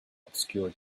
obscure